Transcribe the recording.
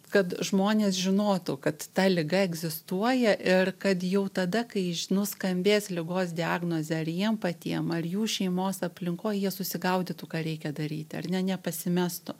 kad žmonės žinotų kad ta liga egzistuoja ir kad jau tada kai iš nuskambės ligos diagnozė ir jiem patiem ar jų šeimos aplinkoj jie susigaudytų ką reikia daryti ar ne nepasimestų